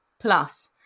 Plus